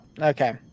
okay